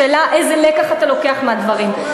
השאלה איזה לקח אתה לוקח מהדברים,